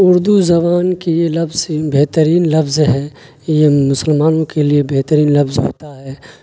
اردو زبان کی یہ لفظ بہترین لفظ ہے یہ مسلمانوں کے لیے بہترین لفظ ہوتا ہے